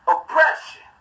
Oppression